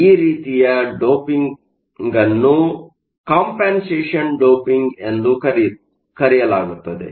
ಈ ರೀತಿಯ ಡೋಪಿಂಗ್ ಅನ್ನು ಕಂಪನ್ಸೇಷನ್ ಡೋಪಿಂಗ್ ಎಂದು ಕರೆಯಲಾಗುತ್ತದೆ